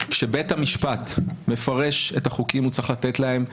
כשבית המשפט מפרש את החוקים הוא צריך לתת להם בהחלט,